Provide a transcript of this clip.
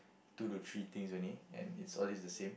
two to three things only and is always the same